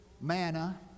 manna